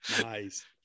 Nice